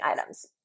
items